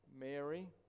Mary